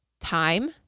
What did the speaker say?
time